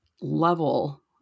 level